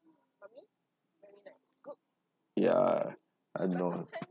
ya I know